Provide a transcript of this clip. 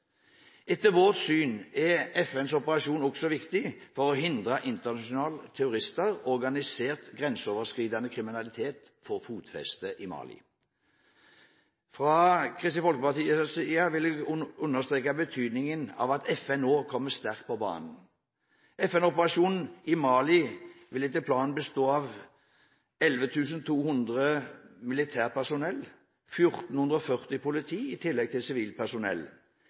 Etter vårt syn er FN-operasjonen også viktig for å hindre at internasjonale terrorister og organisert grenseoverskridende kriminalitet får fotfeste i Mali. Fra Kristelig Folkepartis side vil vi understreke betydningen av at FN nå kommer sterkt på banen. FN-operasjonen i Mali vil etter planen bestå av et militært personell på 11 200 personer og 1 440 politi, i tillegg til sivilt personell.